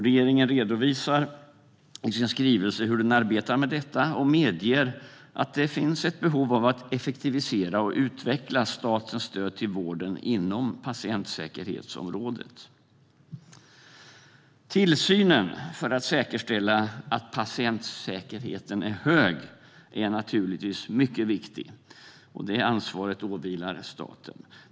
Regeringen redovisar i sin skrivelse hur den arbetar med detta och medger att det finns ett behov av att effektivisera och utveckla statens stöd till vården inom patientsäkerhetsområdet. Tillsynen för att säkerställa att patientsäkerheten är hög är naturligtvis mycket viktig. Det ansvaret åvilar staten.